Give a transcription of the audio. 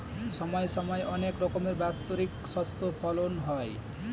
সময় সময় অনেক রকমের বাৎসরিক শস্য ফলন হয়